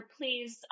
please